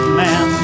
man